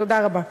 תודה רבה.